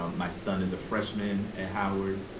um my son is a freshman at howard.